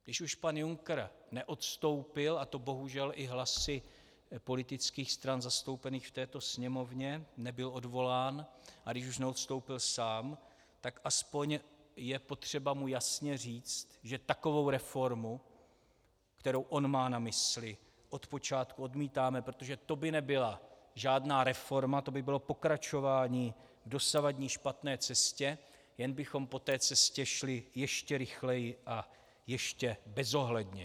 Když už pan Juncker neodstoupil, a to bohužel i hlasy politických stran zastoupených v této Sněmovně, nebyl odvolán, a když už neodstoupil sám, tak aspoň je potřeba mu jasně říct, že takovou reformu, kterou on má na mysli, od počátku odmítáme, protože to by nebyla žádná reforma, to by bylo pokračování v dosavadní špatné cestě, jen bychom po té cestě šli ještě rychleji a ještě bezohledněji.